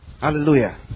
Hallelujah